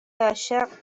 عاشق